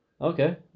Okay